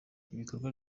abikorera